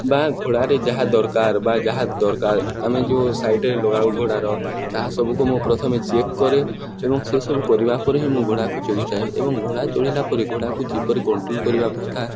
ବା ଘୋଡ଼ାରେ ଯାହା ଦରକାର ବା ଯାହା ଦରକାର ଆମେ ଯେଉଁ ସାଇଡ଼୍ରେ ଲଗାଉ ଘୋଡ଼ାର ତାହା ସବୁକୁ ମୁଁ ପ୍ରଥମେ ଚେକ୍ କରେ ଏବଂ ସେସବୁ କରିବା ପରେ ହିଁ ମୁଁ ଘୋଡ଼ାକୁ ଚଗିଥାଏ ଏବଂ ଘୋଡ଼ା ଚଢ଼ିଲା ପରେ ଘୋଡ଼ାକୁ ଯେପରି କଣ୍ଟ୍ରୋଲ୍ କରିବା କଥା